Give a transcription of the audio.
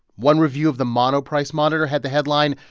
one review of the monoprice monitor had the headline,